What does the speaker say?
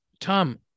Tom